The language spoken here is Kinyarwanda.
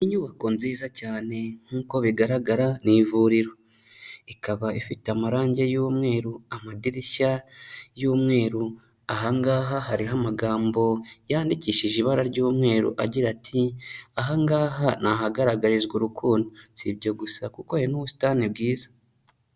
Inyubako nziza cyane nk'uko bigaragara ni ivuriro, ikaba ifite amarangi y'umweru, amadirishya y'umweru, aha ngaha hariho amagambo yandikishije ibara ry'umweru agira ati ''Aha ngaha ni ahagaragarizwa urukundo.'' si ibyo gusa kuko hari n'ubusitani bwiza.